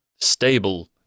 stable